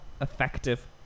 effective